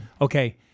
Okay